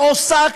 שעושה